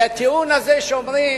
הטיעון הזה, שאומרים